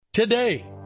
Today